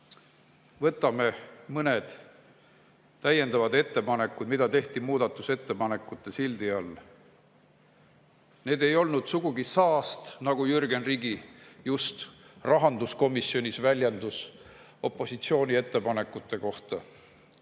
poolt. Võtame mõned täiendavad ettepanekud, mida tehti muudatusettepanekute sildi all. Need ei olnud sugugi saast, nagu Jürgen Ligi just rahanduskomisjonis väljendus opositsiooni ettepanekute kohta.